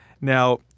Now